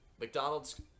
McDonald's